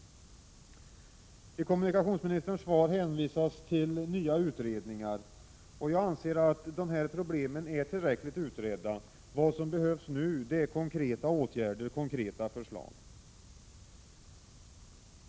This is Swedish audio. I kommunikationsministerns svar hänvisas till nya utredningar. Jag anser att problemen är tillräckligt utredda. Vad som nu behövs är konkreta förslag till åtgärder.